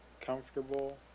comfortable